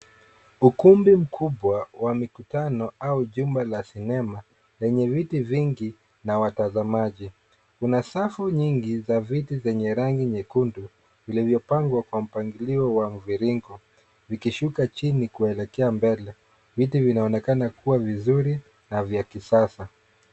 Ukumbi mkubwa wa mikutano au jumba la sinema lenye viti vingi na watazamaji. Kuna safu nyingi za viti zenye rangi nyekundu, vilivyopangwa kwa mpangilio wa mviringo vikishuka chini kuelekea mbele. Viti vinaonekana kuwa vizuri na vya kisasa.